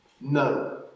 No